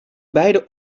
beide